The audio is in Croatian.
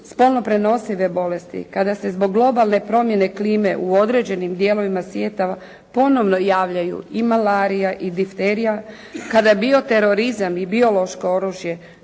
spolno prenosive bolesti, kada se zbog globalne promjene klime u određenim dijelovima svijeta ponovno javljaju i malarija i difterija, kada bioterorizam i biološko oružje